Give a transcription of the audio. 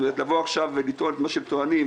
לבוא עכשיו ולטעון את מה שהם טוענים,